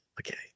okay